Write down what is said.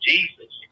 Jesus